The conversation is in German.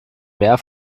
mär